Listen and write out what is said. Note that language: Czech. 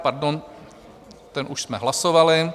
Pardon, ten už jsme hlasovali.